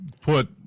put